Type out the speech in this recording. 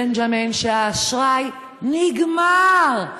בנג'מין, שהאשראי נגמר.